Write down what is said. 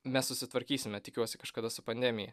mes susitvarkysime tikiuosi kažkada su pandemija